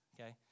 okay